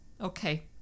Okay